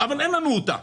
אבל אין לנו אותה,